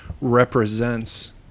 represents